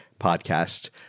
podcast